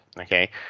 okay